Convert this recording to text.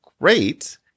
great